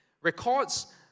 records